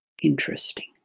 interesting